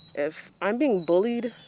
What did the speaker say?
if i'm being bullied,